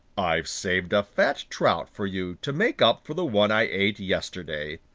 i've saved a fat trout for you to make up for the one i ate yesterday.